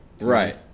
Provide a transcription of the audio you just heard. Right